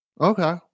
Okay